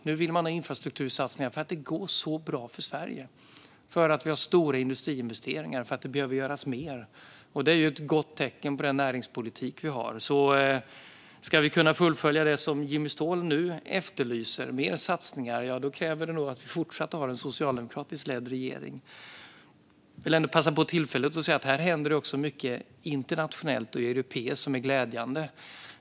Nu vill man ha infrastruktursatsningar för att det går så bra för Sverige, för att vi har stora industriinvesteringar och för att det behöver göras mer. Det är ett gott tecken på vår näringspolitik, så om vi ska kunna fullfölja det som Jimmy Ståhl nu efterlyser i form av mer satsningar krävs det nog att vi fortsatt har en socialdemokratiskt ledd regering. Jag vill ändå passa på tillfället att säga att det händer mycket även internationellt och i Europa, vilket är glädjande.